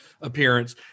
appearance